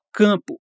campo